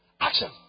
Action